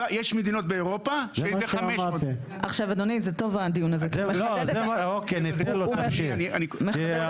יש מדינות באירופה שזה 500. עכשיו אדוני הוא מחדד את הגישה שלנו.